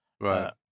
right